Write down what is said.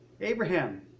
Abraham